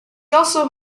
also